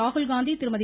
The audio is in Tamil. ராகுல்காந்தி திருமதி